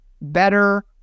better